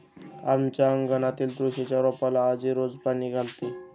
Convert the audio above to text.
आमच्या अंगणातील तुळशीच्या रोपाला आजी रोज पाणी घालते